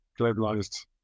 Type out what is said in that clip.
globalized